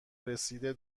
رسیده